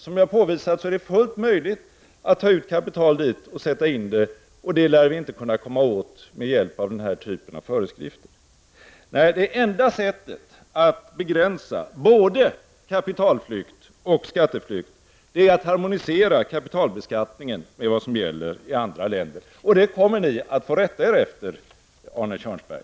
Som jag har påvisat är det fullt möjligt att ta ut kapital dit och sätta in det på ett konto. Det lär vi inte kunna komma åt med hjälp av den här typen av föreskrifter. Nej, det enda sättet att begränsa både kapitalflykt och skatteflykt är att harmonisera kapitalbeskattningen med vad som gäller i andra länder. Det kommer ni att få rätta er efter, Arne Kjörnsberg.